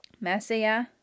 Messiah